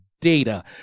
data